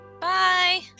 Bye